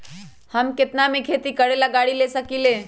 हम केतना में खेती करेला गाड़ी ले सकींले?